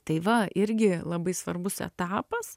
tai va irgi labai svarbus etapas